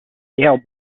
scaled